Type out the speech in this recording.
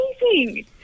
amazing